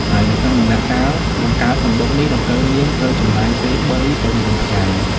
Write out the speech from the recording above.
ហើយនៅក្នុងដំណាក់កាលបង្កើតសំបុកនេះដង្កូវនាងត្រូវចំណាយពេល ៣ ទៅ ៤ ថ្ងៃ។